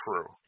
true